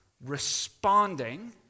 responding